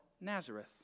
Nazareth